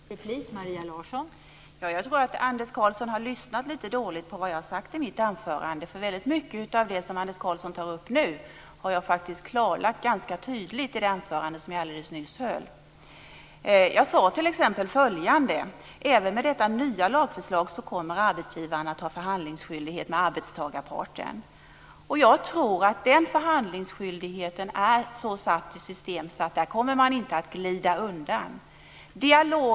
Fru talman! Jag tror att Anders Karlsson lyssnade lite dåligt på vad jag sade i mitt anförande. Väldigt mycket av det som Anders Karlsson tar upp nu klargjorde jag faktiskt ganska tydligt i det anförande som jag nyss höll. Jag sade t.ex. följande. Även med detta nya lagförslag kommer arbetsgivaren att ha skyldighet att förhandla med arbetstagarparten. Jag tror att den förhandlingsskyldigheten är så satt i system att där kommer man inte att kunna glida undan.